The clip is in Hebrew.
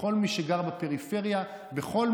בכל מי שגר בפריפריה ובעצם